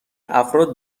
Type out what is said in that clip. افراد